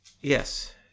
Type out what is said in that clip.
yes